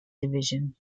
division